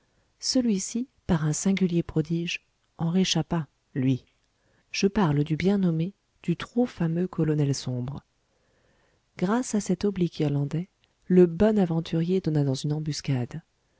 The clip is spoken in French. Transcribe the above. celui-ci par un singulier prodige en réchappa lui je parle du bien nommé du trop fameux colonel sombre grâce à cet oblique irlandais le bon aventurier donna dans une embuscade